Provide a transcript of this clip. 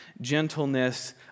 gentleness